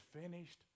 finished